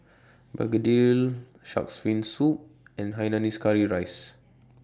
Begedil Shark's Fin Soup and Hainanese Curry Rice